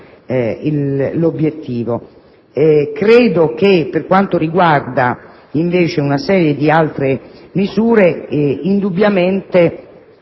obiettivo. Credo che per quanto riguarda invece una serie di altre misure siano